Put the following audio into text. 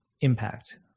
impact